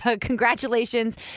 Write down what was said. congratulations